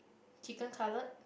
chicken cutlet